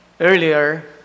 Earlier